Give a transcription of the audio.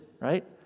right